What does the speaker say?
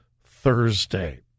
Thursday